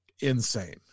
insane